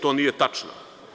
To nije tačno.